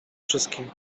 wszystkim